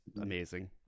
amazing